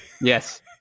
Yes